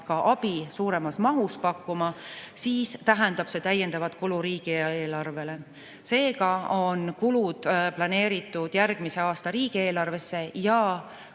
ja ka suuremas mahus seda abi pakkuma, siis tähendab see täiendavat kulu riigieelarvele. Seega on kulud planeeritud järgmise aasta riigieelarvesse ja ka